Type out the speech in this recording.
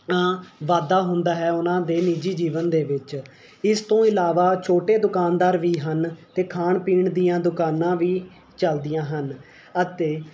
ਵਾਧਾ ਹੁੰਦਾ ਹੈ ਉਹਨਾਂ ਦੇ ਨਿੱਜੀ ਜੀਵਨ ਦੇ ਵਿੱਚ ਇਸ ਤੋਂ ਇਲਾਵਾ ਛੋਟੇ ਦੁਕਾਨਦਾਰ ਵੀ ਹਨ ਅਤੇ ਖਾਣ ਪੀਣ ਦੀਆਂ ਦੁਕਾਨਾਂ ਵੀ ਚੱਲਦੀਆਂ ਹਨ ਅਤੇ